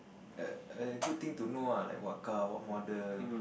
a a good thing to know ah like what car what model